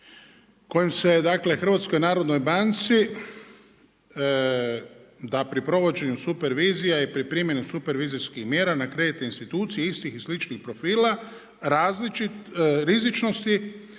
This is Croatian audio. kojim se dakle HNB-u da pri provođenju supervizija i pri primjeni supervizijskih mjera na kreditne institucije istih i sličnih profila rizičnosti